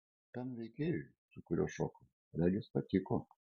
tam veikėjui su kuriuo šokau regis patiko